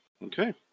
Okay